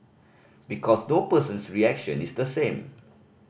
because no person's reaction is the same